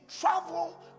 travel